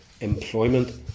employment